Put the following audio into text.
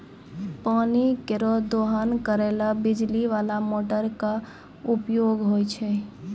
पानी केरो दोहन करै ल बिजली बाला मोटर क उपयोग होय छै